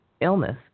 illness